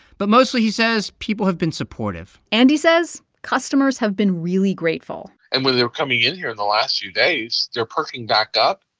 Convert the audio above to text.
but, mostly, he says people have been supportive and he says customers have been really grateful and when they were coming in here in the last few days, they're perking back up.